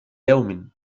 يوم